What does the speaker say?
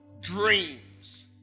dreams